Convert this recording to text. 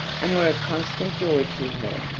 and were a constant joy to her.